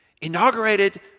Inaugurated